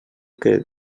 que